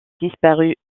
disparues